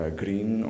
green